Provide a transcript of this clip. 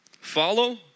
Follow